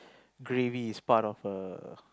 gravy is part of a